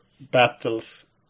battles